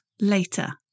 later